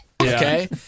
Okay